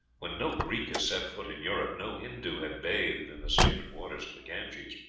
when no greek had set foot in europe, no hindoo had bathed in the sacred waters of the ganges.